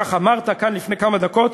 כך אמרת כאן לפני כמה דקות,